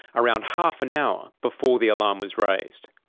around half an hour before the alarm was raised.